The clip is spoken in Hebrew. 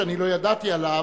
שאני לא ידעתי עליו,